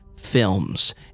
films